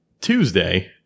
Tuesday